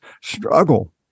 struggle